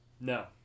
no